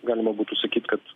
galima būtų sakyt kad